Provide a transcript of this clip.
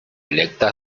electa